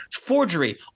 forgery